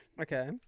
Okay